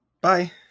Bye